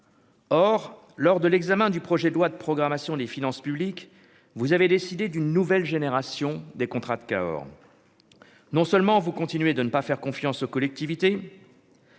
Or, lors de l'examen du projet de loi de programmation des finances publiques, vous avez décidé d'une nouvelle génération, des contrats de Cahors, non seulement vous continuez de ne pas faire confiance aux collectivités.